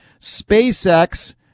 SpaceX